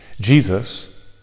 Jesus